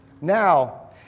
Now